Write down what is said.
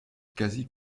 quasi